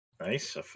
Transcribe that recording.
Nice